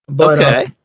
Okay